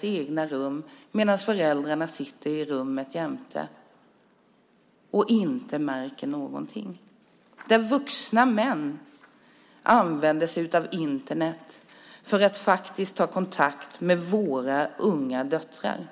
egna rum medan föräldrarna sitter i rummet jämte och inte märker någonting. Vuxna män använder sig av Internet för att ta kontakt med våra unga döttrar.